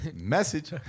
Message